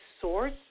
source